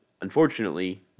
unfortunately